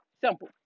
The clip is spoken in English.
Simple